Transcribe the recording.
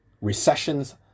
Recessions